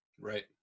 Right